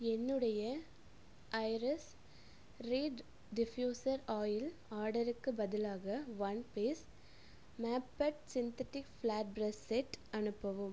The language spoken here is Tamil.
என்னுடைய ஐரிஸ் ரீட் டிஃப்யூசர் ஆயில் ஆடருக்கு பதிலாக ஒன் பீஸ் மேபெட் சிந்தெட்டிக் ப்ளாட் ப்ரெஷ் செட் அனுப்பவும்